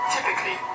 Typically